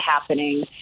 happening